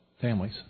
families